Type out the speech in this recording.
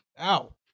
Ow